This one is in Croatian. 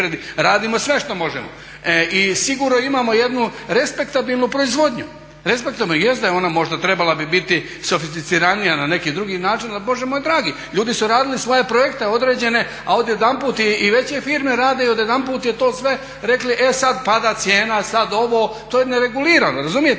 radimo sve što možemo i sigurno imamo jednu respektabilnu proizvodnju, respektabilnu, jest da je ona možda trebala bi biti sofisticirana na neki drugi način ali Bože moj dragi ljudi su radili svoje projekte određene a odjedanput i veće firme rade i odjedanput je to sve rekli e sad pada cijena, e sad ovo, to je neregulirano razumijete?